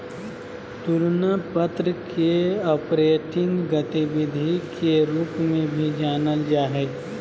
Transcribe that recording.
तुलना पत्र के ऑपरेटिंग गतिविधि के रूप में भी जानल जा हइ